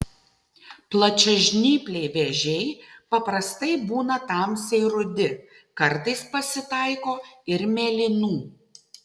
plačiažnypliai vėžiai paprastai būna tamsiai rudi kartais pasitaiko ir mėlynų